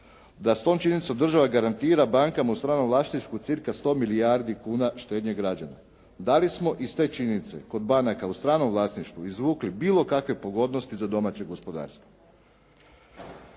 da s tom činjenicom država garantira bankama u stranom vlasništvu cca. 100 milijardi kuna štednje građana. Da li smo iz te činjenice kod banaka u stranom vlasništvu izvukli bilo kakve pogodnosti za domaće gospodarstvo?